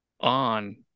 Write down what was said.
on